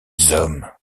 hommes